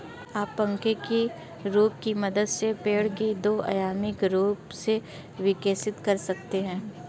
आप पंखे के रूप की मदद से पेड़ को दो आयामी रूप से विकसित कर सकते हैं